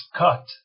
cut